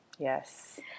Yes